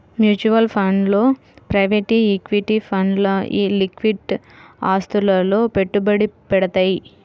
mutual funds లో private equity ఫండ్లు liquid ఆస్తులలో పెట్టుబడి పెడతయ్యి